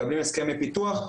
מקבלים הסכמי פיתוח,